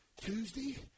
Tuesday